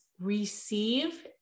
receive